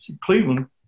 Cleveland